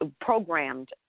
programmed